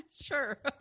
Sure